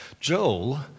Joel